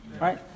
right